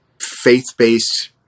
faith-based